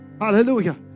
hallelujah